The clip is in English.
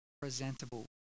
presentable